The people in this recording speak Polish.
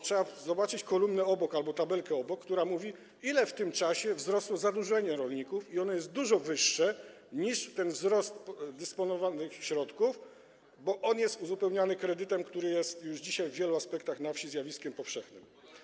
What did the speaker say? Trzeba zobaczyć kolumnę obok albo tabelkę obok, która mówi, o ile w tym czasie wzrosło zadłużenie rolników, i ono jest dużo wyższe niż wzrost dysponowanych środków, bo jest to uzupełniane kredytem, który jest już dzisiaj w wielu aspektach na wsi zjawiskiem powszechnym.